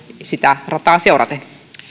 sitä rataa seuraten